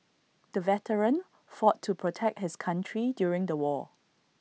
the veteran fought to protect his country during the war